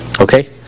Okay